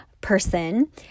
person